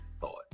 Thought